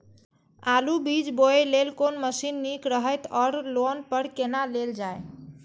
आलु बीज बोय लेल कोन मशीन निक रहैत ओर लोन पर केना लेल जाय?